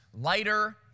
lighter